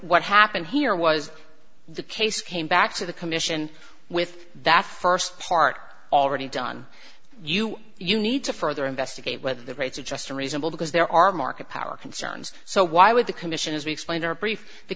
what happened here was the case came back to the commission with that first part already done you you need to further investigate whether the rates are just unreasonable because there are market power concerns so why would the commission as